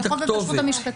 בחוק הכשרות המשפטית.